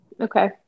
Okay